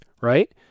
right